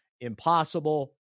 impossible